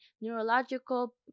neurological